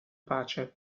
pace